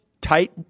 tight